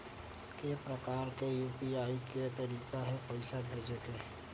के प्रकार के यू.पी.आई के तरीका हे पईसा भेजे के?